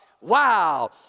Wow